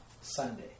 Sunday